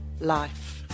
life